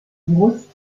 brust